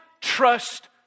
trust